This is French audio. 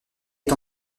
est